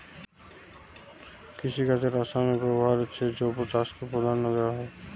কৃষিকাজে রাসায়নিক ব্যবহারের চেয়ে জৈব চাষকে প্রাধান্য দেওয়া হয়